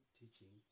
teaching